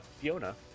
Fiona